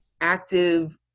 active